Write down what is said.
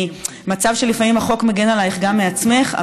מצב שלפעמים החוק מגן עלייך גם מעצמך,